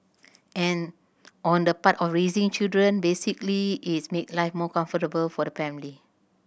and on the part of raising children basically its make life more comfortable for the family